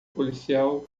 policial